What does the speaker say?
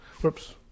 Whoops